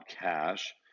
cash